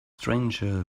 stranger